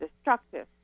destructive